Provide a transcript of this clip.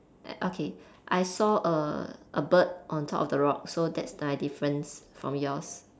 uh okay I saw a a bird on top of the rock so that's my difference from yours